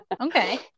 Okay